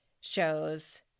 shows